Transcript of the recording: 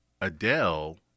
Adele